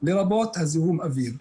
לרבות זיהום האוויר.